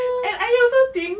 and I also think